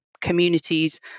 communities